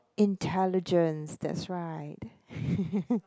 intelligence that's right